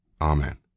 Amen